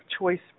choice